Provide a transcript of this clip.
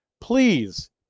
please